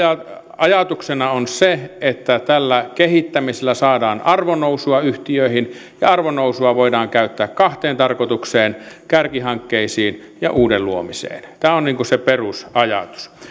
ajatuksena on se että tällä kehittämisellä saadaan arvonnousua yhtiöihin ja arvonnousua voidaan käyttää kahteen tarkoitukseen kärkihankkeisiin ja uuden luomiseen tämä on se perusajatus